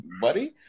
buddy